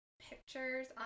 pictures